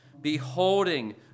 beholding